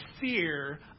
fear